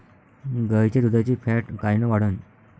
गाईच्या दुधाची फॅट कायन वाढन?